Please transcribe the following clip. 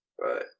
Right